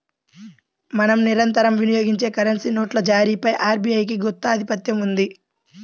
మనం నిరంతరం వినియోగించే కరెన్సీ నోట్ల జారీపై ఆర్బీఐకి గుత్తాధిపత్యం ఉంది